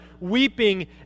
weeping